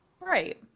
Right